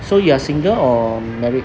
so you are single or married